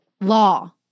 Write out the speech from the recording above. law